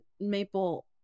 Maple